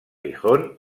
gijón